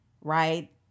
right